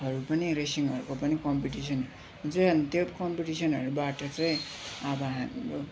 हरू पनि रेसिङहरूको पनि कम्पिटिसन चाहिँ अनि त्यो कम्पिटिसनहरूबाट चाहिँ अब हामी